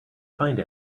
find